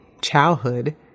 childhood